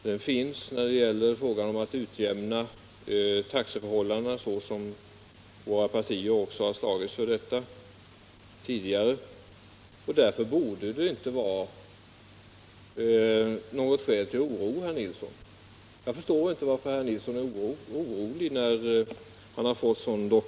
Detsamma gäller frågan om en utjämning av taxeförhållandena, som de borgerliga partierna tidigare har slagits för. Därför borde det inte vara något skäl till oro. Herr Nilsson har ju fått en betryggande dokumentation av att viljan finns i detta sammanhang.